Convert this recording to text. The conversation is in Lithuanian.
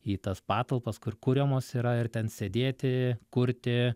į tas patalpas kur kuriamos yra ir ten sėdėti kurti